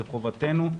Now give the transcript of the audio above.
זו חובתנו,